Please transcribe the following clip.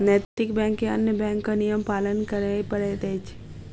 नैतिक बैंक के अन्य बैंकक नियम पालन करय पड़ैत अछि